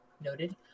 noted